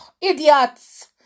Idiots